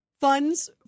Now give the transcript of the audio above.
funds